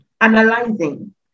analyzing